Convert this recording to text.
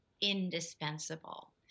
indispensable